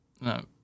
No